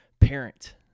parent